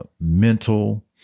mental